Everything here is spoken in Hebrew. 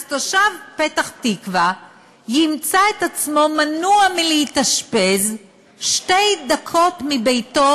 אז תושב פתח-תקווה ימצא את עצמו מנוע מלהתאשפז שתי דקות מביתו,